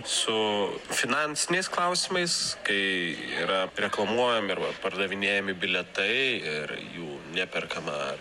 su finansiniais klausimais kai yra reklamuojami arba pardavinėjami bilietai ir jų neperkama